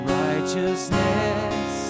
righteousness